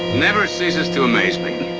never ceases to amaze me!